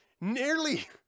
Nearly